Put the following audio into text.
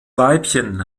weibchen